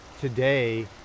today